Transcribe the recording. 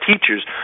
teachers